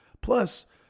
Plus